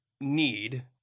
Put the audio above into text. need